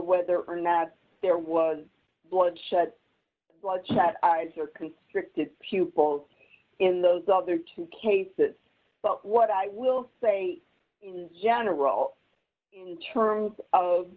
whether or not there was blood shed blood shot eyes or constricted pupils in those other two cases but what i will say general in terms of